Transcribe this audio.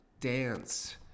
dance